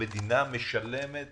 המדינה משלמת